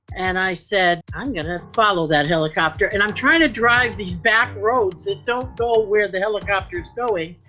and i said, i'm going to follow that helicopter and i'm trying to drive these back roads that don't know where the helicopter is going.